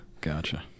Gotcha